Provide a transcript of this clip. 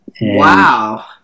Wow